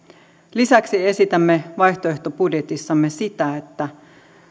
lisäksi esitämme vaihtoehtobudjetissamme sitä että